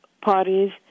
parties